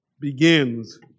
begins